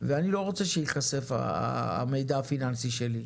ואני לא רוצה שהמידע הפיננסי שלי ייחשף.